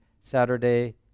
Saturday